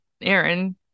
Aaron